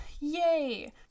yay